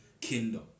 kingdom